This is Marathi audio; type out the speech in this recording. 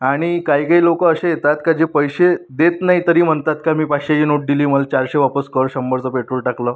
आणि काही काही लोकं असे येतात का जे पैसे देत नाही तरी म्हणतात की मी पाचशेची नोट दिली मला चारशे वापस कर शंभरचं पेट्रोल टाकलं